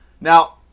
Now